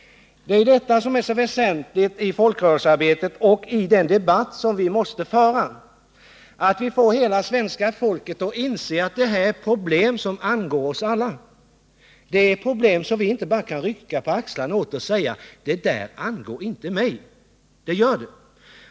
I folkrörelsearbetet och i den debatt som vi måste föra är det väsentligt att vi får hela svenska folket att inse att detta är problem som angår oss alla. Vi kan inte bara rycka på axlarna åt dessa problem och säga: Det där angår inte mig. Det gör det.